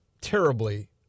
terribly